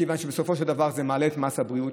מכיוון שבסופו של דבר זה מעלה את מס הבריאות.